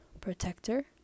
protector